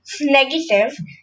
negative